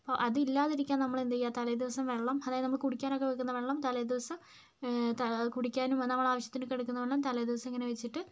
അപ്പോൾ അതില്ലാതിരിക്കാൻ നമ്മളെന്ത് ചെയ്യുക തലേദിവസം വെള്ളം അതായത് നമ്മൾ കുടിക്കാനൊക്കെ വെക്കുന്ന വെള്ളം തലേദിവസം താ കുടിക്കാനും വ നമ്മൾ ആവശ്യത്തിനൊക്കെ എടുക്കുന്ന വെള്ളം തലേദിവസം ഇങ്ങനെ വെച്ചിട്ട്